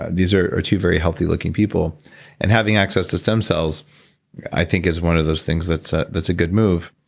ah these are are two very healthy looking people and having access to stem cells i think is one of those things that's ah that's a good move.